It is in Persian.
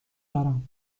دارم